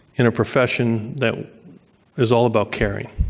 in a profession that is all about caring.